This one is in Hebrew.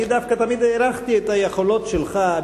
אני תמיד הערכתי את היכולות שלך,